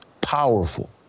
powerful